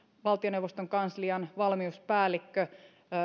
valtioneuvoston kanslian valmiuspäällikkö